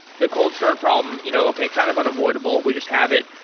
the cold start problem you know okay kind of an avoidable. we just have it.